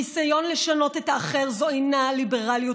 הניסיון לשנות את האחר הוא אינו ליברליות